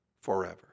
forever